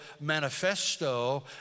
manifesto